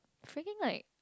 freaking like